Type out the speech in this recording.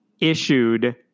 issued